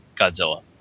Godzilla